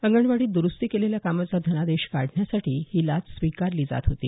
अंगणवाडीत द्रूस्ती केलेल्या कामाचा धनादेश काढण्यासाठी ही लाच स्वीकारली जात होती